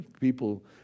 people